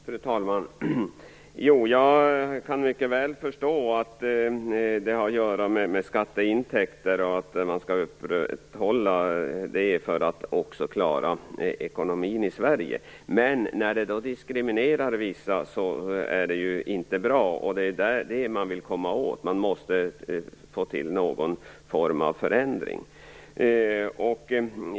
Fru talman! Jag kan mycket väl förstå att det här har med skatteintäkter att göra, och att man skall upprätthålla dessa för att klara ekonomin i Sverige. Men det är inte bra när det diskriminerar vissa. Det är det man vill komma åt. Det måste till någon form av förändring.